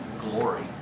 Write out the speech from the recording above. glory